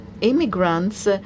immigrants